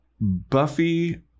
Buffy